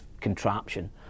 contraption